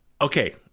okay